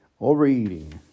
Overeating